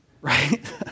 Right